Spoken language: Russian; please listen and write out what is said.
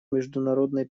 международной